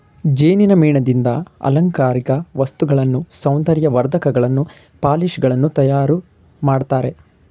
ಜೇನಿನ ಮೇಣದಿಂದ ಅಲಂಕಾರಿಕ ವಸ್ತುಗಳನ್ನು, ಸೌಂದರ್ಯ ವರ್ಧಕಗಳನ್ನು, ಪಾಲಿಶ್ ಗಳನ್ನು ತಯಾರು ಮಾಡ್ತರೆ